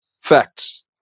facts